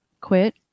quit